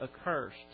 accursed